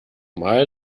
mal